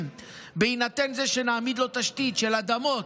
בהינתן זה שנעמיד לו תשתית של אדמות,